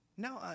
No